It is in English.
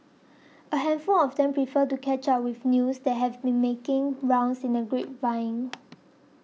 a handful of them prefer to catch up with news that have been making rounds in the grapevine